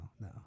no